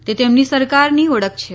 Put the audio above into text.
તે તેમની સરકારને ઓળખ છે